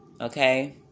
Okay